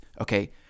Okay